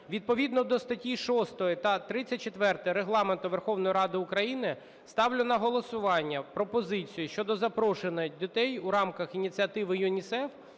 відповідно до статті 6 та 34 Регламенту Верховної Ради України ставлю на голосування пропозицію щодо запрошення дітей у рамках ініціативи ЮНІСЕФ